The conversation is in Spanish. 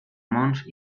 mons